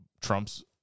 Trump's